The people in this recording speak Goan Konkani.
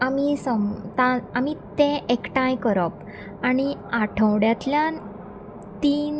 आमी सम आमी तें एकठांय करप आनी आठवड्यांतल्यान तीन